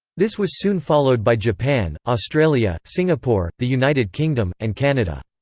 this was soon followed by japan, australia, singapore, the united kingdom, and canada.